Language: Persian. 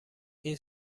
این